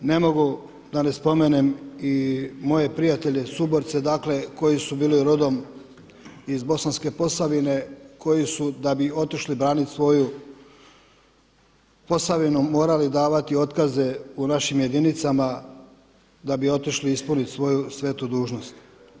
Ne mogu da ne spmenem i moje prijatelje suborce dakle koji su bili rodom iz Bosanske Posavine koji su da bi otišli braniti svoju Posavinu morali davati otkaze u našim jedinicama da bi otišli ispuniti svoju svetu dužnost.